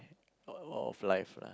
of life lah